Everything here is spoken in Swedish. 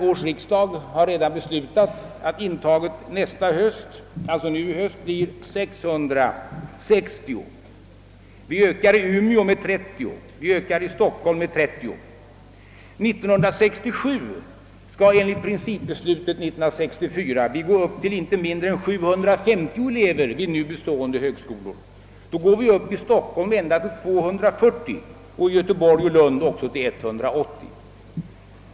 Årets riksdag har redan beslutat att intaget i höst skall bli 660. Vi ökar intaget i Umeå med 30 och i Stockholm med 30. 1967 skall enligt principbeslutet av 1964 intagningen uppgå till inte mindre än 750 elever vid nu bestående högskolor. Då kommer elevantalet i Stockholm att uppgå till 240 och i Göteborg och Lund till 180.